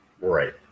Right